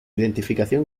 identificación